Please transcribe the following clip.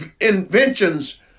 inventions